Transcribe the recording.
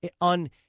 on